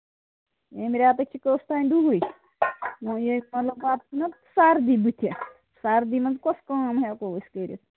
ییٚمہِ ریٚتہٕ چھِ کٔژ تانۍ دۅہٕے وۅنۍ ییٚلہِ مطلب پَتہٕ چھِناہ سردی بٔتھِ سردی منٛز کۄس کٲم ہیٚکو أسۍ کٔرِتھ